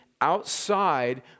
outside